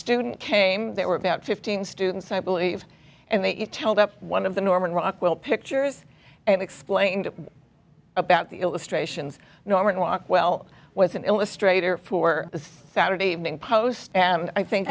student came there were about fifteen students i believe and they tell the one of the norman rockwell pictures and explained about the illustrations norman rockwell with an illustrator for the saturday evening post and i think